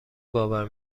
باور